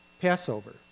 Passover